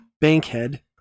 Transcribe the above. Bankhead